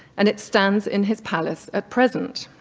and it stands in his palace at present.